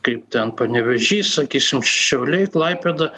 kaip ten panevėžys sakysim šiauliai klaipėda